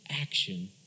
action